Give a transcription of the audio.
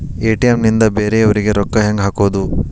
ATM ನಿಂದ ಬೇರೆಯವರಿಗೆ ರೊಕ್ಕ ಹೆಂಗ್ ಹಾಕೋದು?